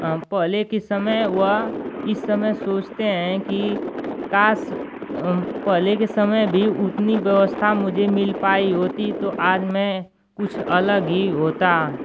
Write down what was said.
पहले के समय वह इस समय सोचते हैं कि काश पहले के समय भी इतनी व्यवस्था मुझे मिल पाई होती तो आज मैं कुछ अलग ही होता